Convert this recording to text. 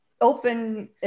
Open